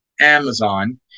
Amazon